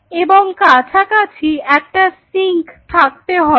এবং কাছাকাছি একটা সিঙ্ক থাকতে হবে